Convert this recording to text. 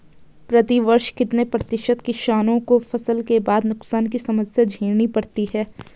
प्रतिवर्ष कितने प्रतिशत किसानों को फसल के बाद नुकसान की समस्या झेलनी पड़ती है?